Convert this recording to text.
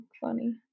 funny